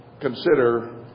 consider